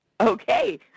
Okay